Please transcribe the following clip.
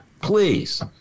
Please